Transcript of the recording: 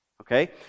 okay